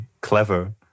Clever